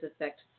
affect